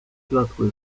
splotły